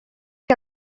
que